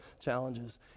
challenges